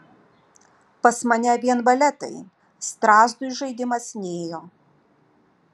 pas mane vien valetai strazdui žaidimas nėjo